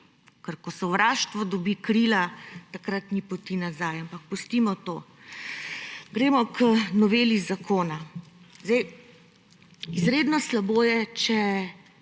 ko sovraštvo dobi krila, takrat ni poti nazaj. Ampak pustimo to. Gremo k noveli zakona. Izredno slabo je, če